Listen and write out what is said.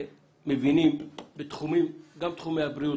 מבינים גם בתחומי הבריאות,